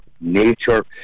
nature